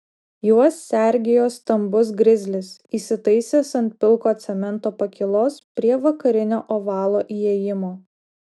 juos sergėjo stambus grizlis įsitaisęs ant pilko cemento pakylos prie vakarinio ovalo įėjimo